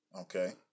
Okay